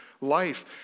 life